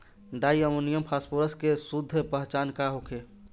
Di ammonium phosphate के शुद्ध पहचान का होखे?